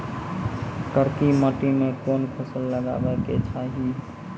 करकी माटी मे कोन फ़सल लगाबै के चाही?